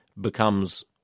becomes